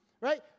right